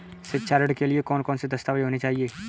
शिक्षा ऋण के लिए कौन कौन से दस्तावेज होने चाहिए?